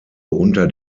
unter